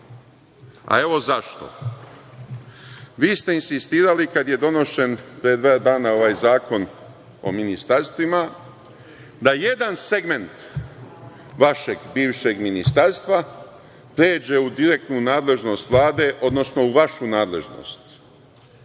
a evo zašto. Vi ste insistirali, kada je donesen pre dva dana ovaj zakon o ministarstvima, da jedan segment vašeg bivšeg ministarstva pređe u direktnu nadležnost Vlade, odnosno u vašu nadležnost.